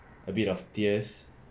a bit of tears